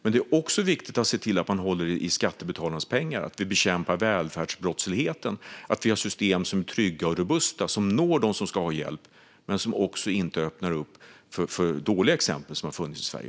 Men det är också viktigt att hålla i skattebetalarnas pengar genom att bekämpa välfärdsbrottslighet och se till att vi har system som är trygga och robusta och når dem som ska ha hjälp men inte öppnar för sådana dåliga exempel som också funnits i Sverige.